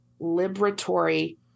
liberatory